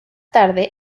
tarde